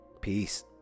peace